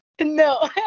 No